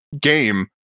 game